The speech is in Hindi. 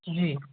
जी